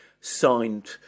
signed